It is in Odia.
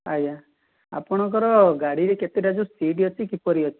ଆଜ୍ଞା ଆପଣଙ୍କର ଗାଡ଼ିରେ କେତେଟା ଯେଉଁ ସିଟ୍ ଅଛି କିପରି ଅଛି